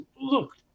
look